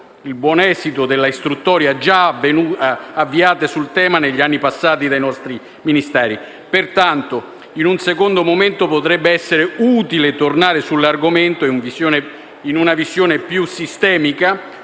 il buon esito dell'istruttoria già avviata sul tema negli anni passati dai nostri Ministeri. Pertanto, in un secondo momento potrebbe essere utile tornare sull'argomento in una visione più sistemica.